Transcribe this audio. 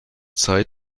zeit